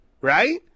Right